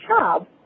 job